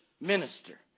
minister